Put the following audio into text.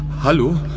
Hallo